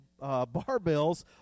barbells